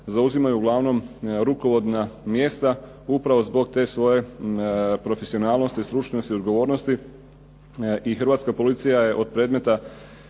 zauzimaju uglavnom rukovodna mjesta upravo zbog te svoje profesionalnosti, stručnosti i odgovornosti. I hrvatska policija je od predmeta